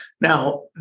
Now